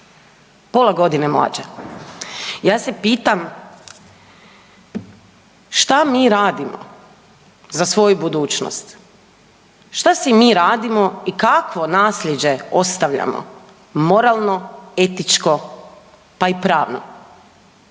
pola godine mlađe, ja se pitam šta mi radimo za svoju budućnost, šta si mi radimo i kakvo naslijeđe ostavljamo moralno, etičko pa i pravno